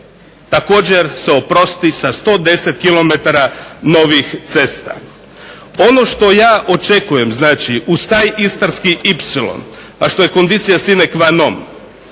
također se oprosti sa 110 km novih cesta. Ono što ja očekujem znači uz taj Istarski ipsilon, a što je conditio sine quanon,